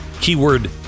keyword